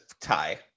tie